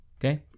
Okay